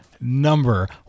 number